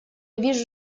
вижу